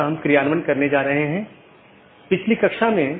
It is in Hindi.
तो यह एक पूर्ण meshed BGP सत्र है